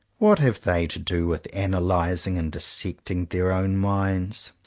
what have they to do with analyzing and dissecting their own minds?